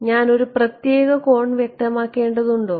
ഞാൻ ഒരു പ്രത്യേക കോൺ വ്യക്തമാക്കേണ്ടതുണ്ടോ